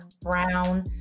brown